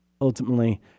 ultimately